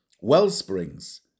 wellsprings